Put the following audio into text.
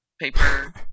paper